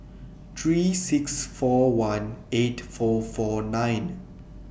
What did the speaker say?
three six four one eight four four nine